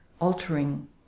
altering